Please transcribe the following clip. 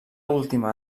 última